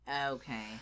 Okay